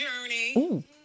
Journey